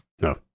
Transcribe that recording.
No